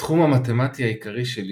התחום המתמטי העיקרי שלי,